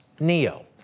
NEO